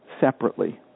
separately